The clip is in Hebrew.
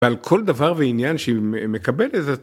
‫ועל כל דבר ועניין שמקבל לזה...